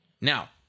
Now